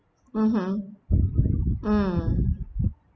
mmhmm mm